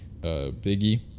Biggie